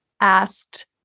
asked